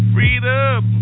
Freedom